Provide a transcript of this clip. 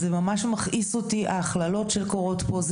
זה ממש מכעיס אותי ההכללות שקורות פה.